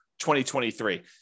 2023